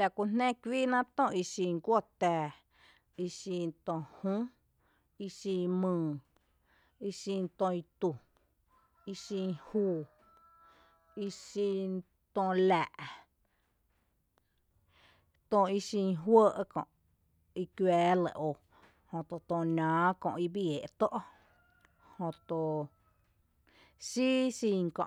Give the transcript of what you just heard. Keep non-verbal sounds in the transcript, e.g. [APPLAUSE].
Laku jnⱥ kuiina tö ixin guó tⱥⱥ, ixin tö jü, ixin myy, ixin tö itu, ixin [NOISE] juu, ixin tö laa’, tö ixin juɇɇ’ kö’ I kuⱥⱥ lɇ óo jötu tö nⱥⱥ kö’ bii ée’ tó’, [NOISE] jöto xíi xin kö’,